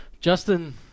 Justin